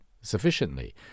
sufficiently